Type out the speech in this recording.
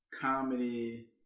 comedy